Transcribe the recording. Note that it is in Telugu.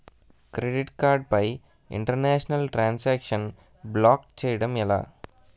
క్రెడిట్ కార్డ్ పై ఇంటర్నేషనల్ ట్రాన్ సాంక్షన్ బ్లాక్ చేయటం ఎలా?